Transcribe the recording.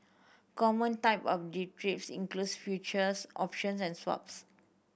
common type of derivatives includes futures options and swaps